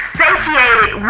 satiated